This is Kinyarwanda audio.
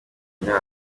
kujya